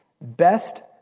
best